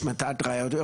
השמטת ראיות?